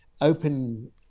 open